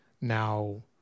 now